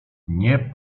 nie